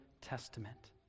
Testament